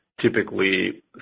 typically